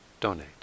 donate